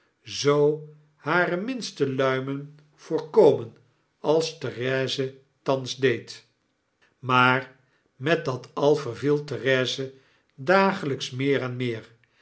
zoo hare minste luimen voorkomen als therese thans deed maar met dat al verviel therese dagelijks meer en meer